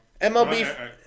mlb